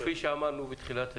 כפי שאמרנו בתחילת הדיון,